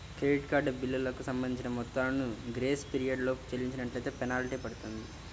credit card బిల్లులకు సంబంధించిన మొత్తాలను గ్రేస్ పీరియడ్ లోపు చెల్లించనట్లైతే ఫెనాల్టీ పడుతుంది